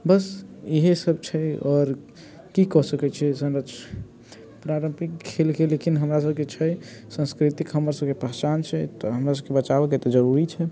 बस इहे सभ छै आओर की कऽ सकैत छियै संरछ प्रारम्पिक खेलके लेकिन हमरा सभके छै सन्स्कृतिक हमर सभके पहचान छै तऽ हमरा सभके बचाबऽके तऽ जरूरी छै